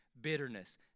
bitterness